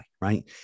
right